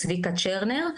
צביקה צ'רנר,